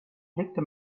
blickte